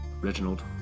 Reginald